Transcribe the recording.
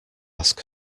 ask